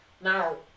Now